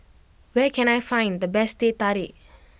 where can I find the best Teh Tarik